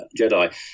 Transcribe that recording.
Jedi